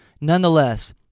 Nonetheless